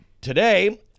today